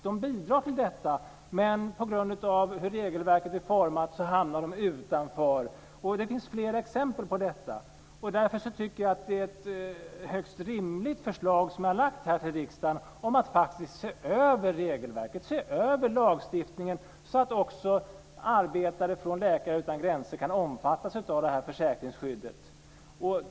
De bidrar till detta, men på grund av hur regelverket är utformat hamnar de utanför. Det finns flera exempel på det. Därför tycker jag att det är ett högst rimligt förslag som jag har lagt fram för riksdagen om att se över regelverket och lagstiftningen så att också arbetare från Läkare utan gränser kan omfattas av försäkringsskyddet.